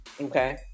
Okay